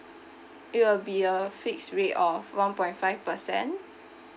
it will be a fixed rate of one point five percent